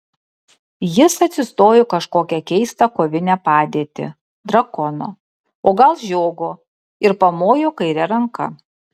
jis atsistojo į kažkokią keistą kovinę padėtį drakono o gal žiogo ir pamojo kaire ranka